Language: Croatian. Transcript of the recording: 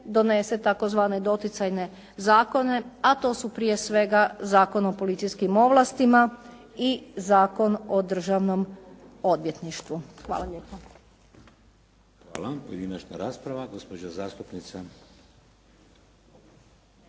donese tzv. doticajne zakone, a to su prije svega Zakon o policijskim ovlastima i Zakon o Državnom odvjetništvu. Hvala lijepo. **Šeks, Vladimir (HDZ)** Hvala. Pojedinačna rasprava. Gospođa zastupnica